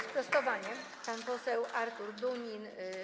Sprostowanie, pan poseł Artur Dunin.